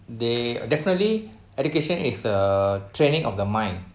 they definitely education is the training of the mind